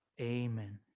amen